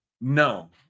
No